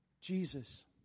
Jesus